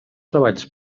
treballs